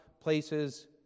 places